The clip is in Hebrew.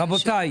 רבותיי,